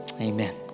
Amen